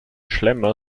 schlemmer